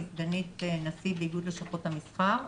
אני סגנית נשיא איגוד לשכות המסחר,